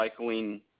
recycling